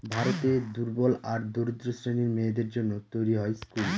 ভারতের দুর্বল আর দরিদ্র শ্রেণীর মেয়েদের জন্য তৈরী হয় স্কুল